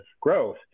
growth